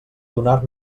donar